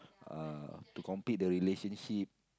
uh to complete the relationship